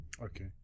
Okay